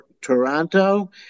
Toronto